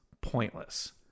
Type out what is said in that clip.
pointless